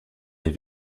les